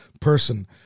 person